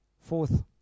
fourth